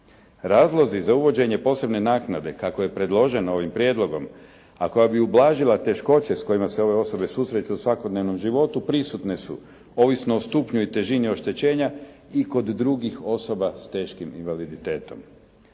Razlozi za uvođenje posebne naknade kako je predloženo ovim prijedlogom, a koja bi ublažila teškoće s kojima se ove osobe susreću u svakodnevnom životu prisutne su ovisno o stupnju i težini oštećenja i kod drugih osoba s teškim invaliditetom.